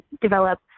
develop